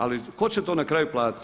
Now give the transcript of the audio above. Ali tko će to na kraju platiti.